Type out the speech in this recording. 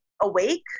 awake